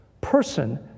person